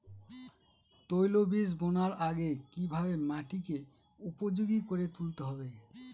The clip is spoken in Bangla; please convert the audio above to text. তৈলবীজ বোনার আগে কিভাবে মাটিকে উপযোগী করে তুলতে হবে?